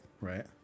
Right